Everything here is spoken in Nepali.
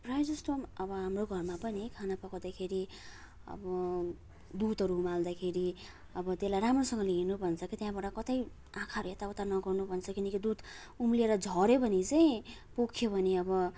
प्रायःजस्तो अब हाम्रो घरमा पनि अब खाना पकाउँदाखेरि अब दुधहरू उमाल्दाखेरि अब त्यसलाई राम्रोसँगले हेर्नु भन्छ के त्यहाँबाट कतै आँखाहरू यताउता नगर्नु भन्छ किनकि दुध उम्लिएर झर्यो भने चाहिँ पोखियो भने अब